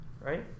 right